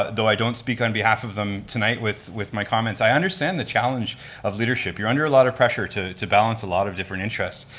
ah though i don't speak on behalf of them tonight with with my comments, i understand the challenge of leadership, you're under a lot of pressure to to balance a lot of different interests,